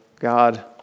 God